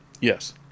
Yes